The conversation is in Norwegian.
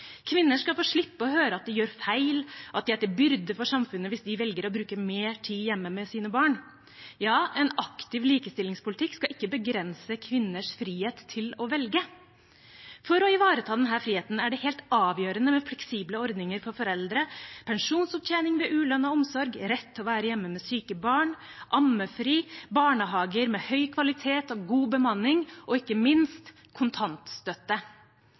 Kvinner skal få slippe å høre at de gjør feil, at de er til byrde for samfunnet hvis de velger å bruke mer tid hjemme med sine barn. En aktiv likestillingspolitikk skal ikke begrense kvinners frihet til å velge. For å ivareta denne friheten er det helt avgjørende med fleksible ordninger for foreldre, pensjonsopptjening ved ulønnet omsorg, rett til å være hjemme med syke barn, ammefri, barnehager med høy kvalitet og god bemanning – og ikke minst kontantstøtte.